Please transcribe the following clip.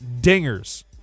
dingers